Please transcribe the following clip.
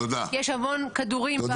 יש המון כדורים.